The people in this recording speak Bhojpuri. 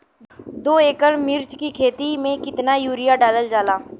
दो एकड़ मिर्च की खेती में कितना यूरिया डालल जाला?